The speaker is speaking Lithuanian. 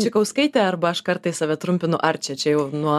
čekauskaitė arba aš kartais save trumpinu arčia čia jau nuo